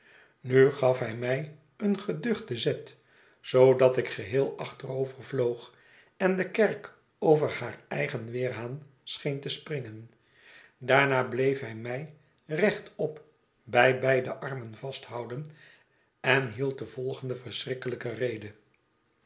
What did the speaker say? nu gaf hij mij een geduchten zet zoodat ik geheel achterovervloog en de kerk over haar eigen weerhaan scheen te springen daarna bleef hij mij rechtop bij beide armen vasthouden en hield de volgende verschrikkelijke rede